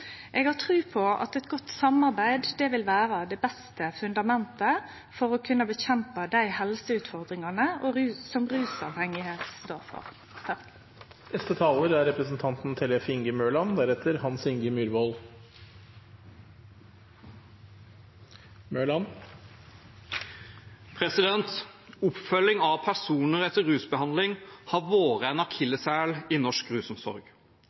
Eg har tru på at eit godt samarbeid vil vere det beste fundamentet for å kunne kjempe mot dei helseutfordringane som rusmisbruk står for. Oppfølging av personer etter rusbehandling har vært en akilleshæl i norsk rusomsorg. Da Folkehelseinstituttet undersøkte pasientenes erfaring med ettervernet, svarte til sammen 88 pst. at oppfølgingen etter utskriving ikke i